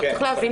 צריך להבין